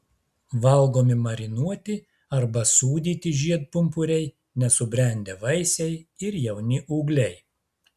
valgomi marinuoti arba sūdyti žiedpumpuriai nesubrendę vaisiai ir jauni ūgliai